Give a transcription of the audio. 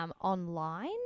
online